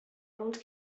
old